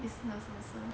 business also